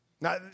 Now